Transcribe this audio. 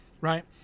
right